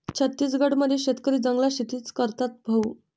छत्तीसगड मध्ये शेतकरी जंगलात शेतीच करतात भाऊ